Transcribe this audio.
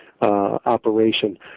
operation